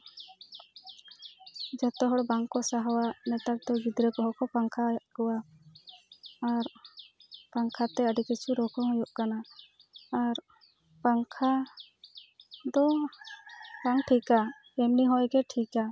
ᱡᱷᱚᱛᱚ ᱦᱚᱲ ᱵᱟᱝᱠᱚ ᱥᱟᱦᱟᱣᱟ ᱱᱮᱛᱟᱨ ᱫᱚ ᱜᱤᱫᱽᱨᱟᱹ ᱠᱚᱦᱚᱸ ᱠᱚ ᱯᱟᱝᱠᱷᱟᱭᱮᱫ ᱠᱚᱣᱟ ᱟᱨ ᱯᱟᱝᱠᱷᱟᱛᱮ ᱟᱹᱰᱤ ᱠᱤᱪᱷᱩ ᱨᱳᱜᱽ ᱦᱚᱸ ᱦᱩᱭᱩᱜ ᱠᱟᱱᱟ ᱟᱨ ᱯᱟᱝᱠᱷᱟ ᱫᱚ ᱵᱟᱝ ᱴᱷᱤᱠᱟ ᱮᱢᱱᱤ ᱦᱚᱭᱜᱮ ᱴᱷᱤᱠᱟ